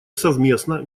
совместно